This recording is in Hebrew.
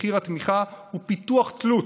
מחיר התמיכה הוא פיתוח תלות,